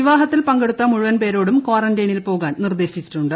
വിവാഹത്തിൽ പങ്കെടുത്ത മുഴുവൻ പേരോടും കാറന്റൈയിനിൽ പോകാനും നിർദേശിച്ചിട്ടുണ്ട്